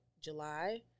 July